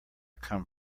come